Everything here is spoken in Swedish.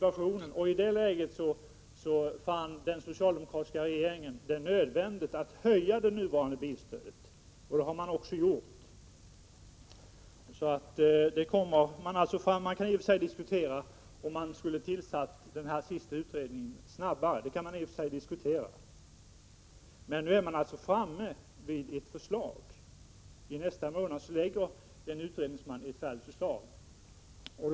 I det läget fann den socialdemokratiska regeringen det nödvändigt att höja det nuvarande bilstödet. Det kan i och för sig diskuteras, om regeringen borde ha tillsatt den senaste utredningen snabbare, men nu har arbetet fortskridit så långt att utredningsmannen lägger fram ett färdigt förslag i nästa månad.